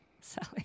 Sally